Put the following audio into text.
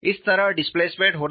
इस तरह डिस्प्लेसमेंट होना चाहिए